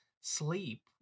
Sleep